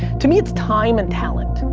to me, it's time and talent.